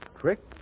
Trick